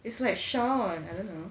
it's like shawn I don't know